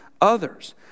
others